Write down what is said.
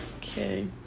okay